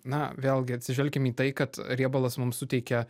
na vėlgi atsižvelkim į tai kad riebalas mums suteikia